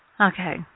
Okay